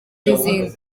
n’izindi